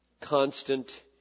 constant